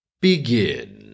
begin